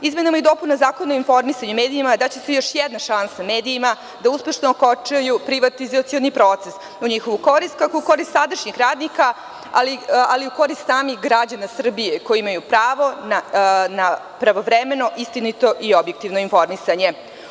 Izmenama i dopunama Zakona o informisanju medijima da će se još jedna šansa medijima da uspešno okončaju privatizacioni proces u njihovu korist, kako i u korist sadašnjih radnika, ali i u korist samih građana Srbije koji imaju pravo na pravovremeno, istinito i objektivno informisanje.